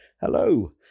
Hello